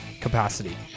capacity